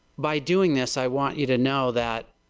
by doing this i want you to know that,